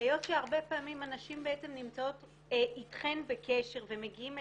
היות שהרבה פעמים הנשים נמצאות איתכם בקשר ומגיעים אליכם,